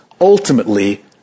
ultimately